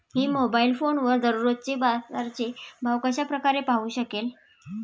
मी mobile फोनवर दररोजचे बाजाराचे भाव कशा प्रकारे पाहू शकेल?